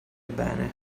bene